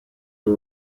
who